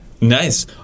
Nice